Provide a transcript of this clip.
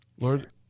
Lord